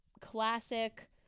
classic